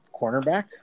cornerback